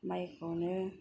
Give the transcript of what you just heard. माइखौनो